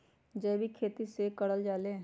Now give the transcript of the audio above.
जैविक खेती कई से करल जाले?